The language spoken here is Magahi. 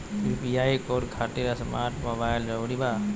यू.पी.आई कोड खातिर स्मार्ट मोबाइल जरूरी बा?